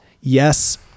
yes